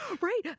Right